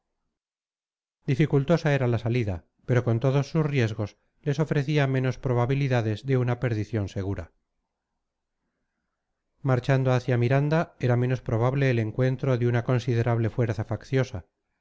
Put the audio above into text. dificultosa era la salida pero con todos sus riesgos les ofrecía menos probabilidades de una perdición segura marchando hacia miranda era menos probable el encuentro de una considerable fuerza facciosa